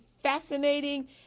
fascinating